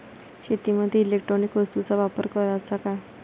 शेतीमंदी इलेक्ट्रॉनिक वस्तूचा वापर कराचा का?